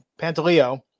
Pantaleo